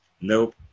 Nope